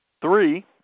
three